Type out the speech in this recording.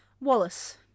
Wallace